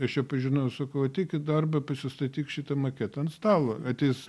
aš jo pažinojau sakau ateik į darbą pasistatyk šitą maketą ant stalo ateis